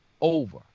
over